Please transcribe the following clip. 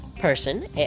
person